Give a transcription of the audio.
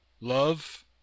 Love